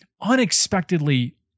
unexpectedly